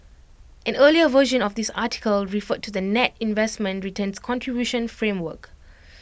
an earlier version of this article referred to the net investment returns contribution framework